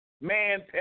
man